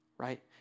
right